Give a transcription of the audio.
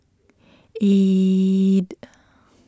eight